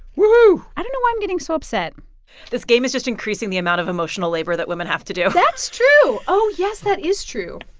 woohoo i don't know why i'm getting so upset this game is just increasing the amount of emotional labor that women have to do that's true. oh, yes, that is true.